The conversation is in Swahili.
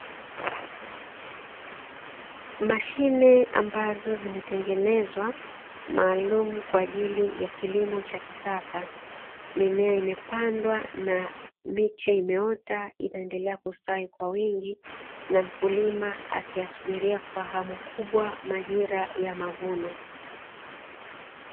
Mashine ambazo zimetengenezwa maalumu kwa ajili ya shughuli za kisasa , mimea imeota, miche imepandwa inaendelea kustawi kwa wingi na mkulima akiyasubiria kwa hamu kubwa majira ya mavuno.